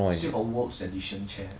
still got world's edition chair